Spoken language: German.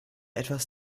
etwas